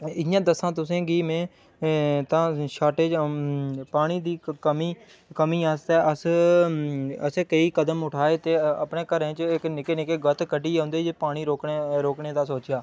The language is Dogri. इ'यां दस्सां तुसें गी में एं तां शार्टेज पानी दी कमी कमी आस्तै अस अ'सें केईं कदम ठुआए ते अपने घरें च इक निक्के निक्के गत्त कड्डियै उं'दे च पानी रोकने रोकने दा सोचेआ